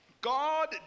God